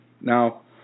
Now